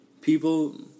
people